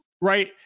Right